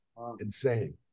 insane